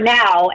now